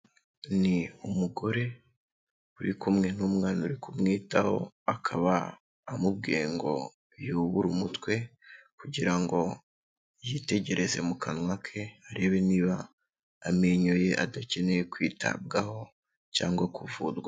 Ni umugore uri kumwe n'umwana uri kumwitaho, akaba amubwiye ngo yubure umutwe kugira ngo yitegereze mu kanwa ke arebe niba amenyo ye adakeneye kwitabwaho cyangwa kuvurwa.